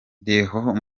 leon